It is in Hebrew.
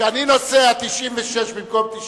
כשאני נוסע 96 במקום 90,